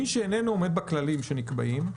מי שאיננו עומד בכללים שנקבעים,